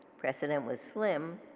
precedent was slim,